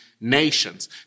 nations